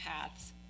paths